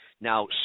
now